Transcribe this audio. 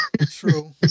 True